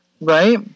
right